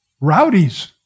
rowdies